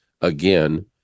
again